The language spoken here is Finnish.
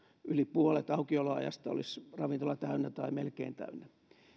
yli puolet aukioloajasta olisi ravintola täynnä tai melkein täynnä